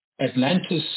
Atlantis